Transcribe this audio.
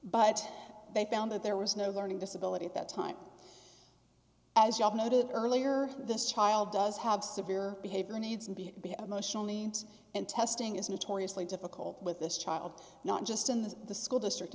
but they found that there was no learning disability at that time as you noted earlier this child does have severe behavior needs and be emotional needs and testing is notoriously difficult with this child not just in the the school district